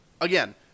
again